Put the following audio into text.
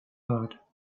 heard